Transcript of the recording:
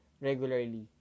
regularly